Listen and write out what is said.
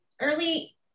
early